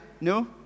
No